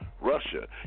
Russia